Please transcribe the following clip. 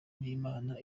n’imana